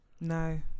No